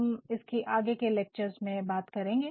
हम इसकी आगे आने वाले लेक्टर्स में बात करेंगे